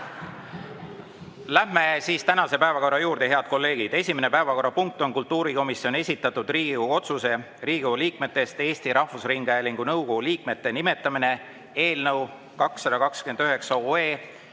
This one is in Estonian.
Läheme tänase päevakorra juurde, head kolleegid. Esimene päevakorrapunkt on kultuurikomisjoni esitatud Riigikogu otsuse "Riigikogu liikmetest Eesti Rahvusringhäälingu nõukogu liikmete nimetamine" eelnõu 229